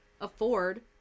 afford